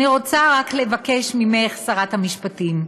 אני רוצה רק לבקש ממך, שרת המשפטים: